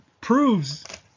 proves